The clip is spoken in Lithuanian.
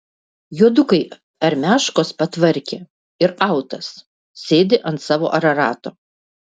juodukai armiaškos patvarkė ir autas sėdi ant savo ararato